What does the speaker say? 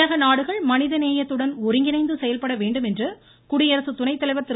உலக நாடுகள் மனிதநேயத்துடன் ஒருங்கிணைந்து செயல்பட வேண்டும் என்று குடியரசு துணைத்தலைவர் திரு